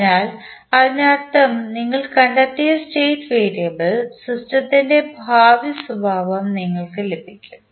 അതിനാൽ അതിനർത്ഥം നിങ്ങൾ കണ്ടെത്തിയ സ്റ്റേറ്റ് വേരിയബിൾ സിസ്റ്റത്തിന്റെ ഭാവി സ്വഭാവം നിങ്ങൾക്ക് ലഭിക്കും